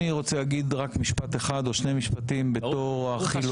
אני רוצה להגיד רק משפט אחד או שני משפטים בתור החילוני.